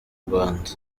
rwanda